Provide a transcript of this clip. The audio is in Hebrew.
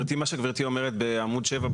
מה שגברתי אומרת שבעמוד 5,